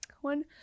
one